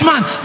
Man